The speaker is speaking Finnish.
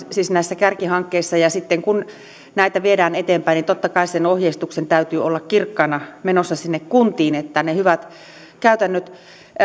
siis näissä kärkihankkeissa ja sitten kun näitä viedään eteenpäin niin totta kai sen ohjeistuksen täytyy olla kirkkaana menossa sinne kuntiin että ne hyvät käytännöt